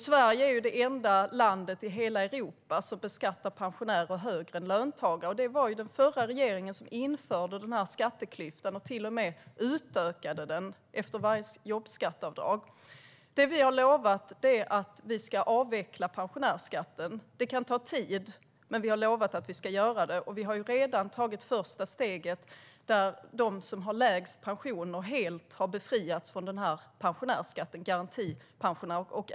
Sverige är det enda land i hela Europa som beskattar pensionärer högre än löntagare, och det var den förra regeringen som införde den här skatteklyftan och till och med utökade den med varje jobbskatteavdrag. Det vi har lovat är att vi ska avveckla pensionärsskatten. Det kan ta tid, men vi har lovat att vi ska göra det. Vi har ju redan tagit första steget. De som har lägst pensioner, garantipensionärer, har helt befriats från pensionärsskatten.